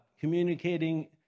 communicating